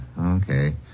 Okay